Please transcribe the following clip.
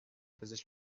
پزشک